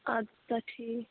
اَدٕ سا ٹھیٖک